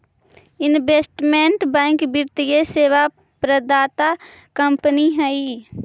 investment bank वित्तीय सेवा प्रदाता कंपनी हई